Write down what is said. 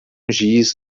giz